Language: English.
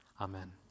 amen